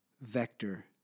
Vector